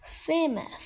famous